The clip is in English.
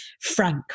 frank